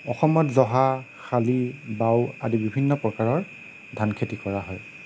অসমত জহা শালি বাও আদি বিভিন্ন প্ৰকাৰৰ ধানখেতি কৰা হয়